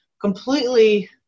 completely